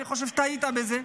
אני חושב שטעית בזה,